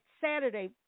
Saturday